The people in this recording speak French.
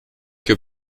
que